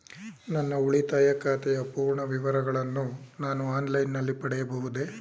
ನನ್ನ ಉಳಿತಾಯ ಖಾತೆಯ ಪೂರ್ಣ ವಿವರಗಳನ್ನು ನಾನು ಆನ್ಲೈನ್ ನಲ್ಲಿ ಪಡೆಯಬಹುದೇ?